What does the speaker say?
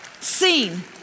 seen